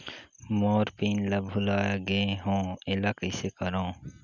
मोर PIN ला भुला गे हो एला कइसे करो?